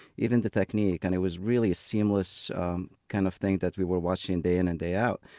even the technique. and it was really a seamless kind of thing that we were watching day in and day out.